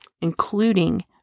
including